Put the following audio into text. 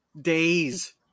days